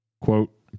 Quote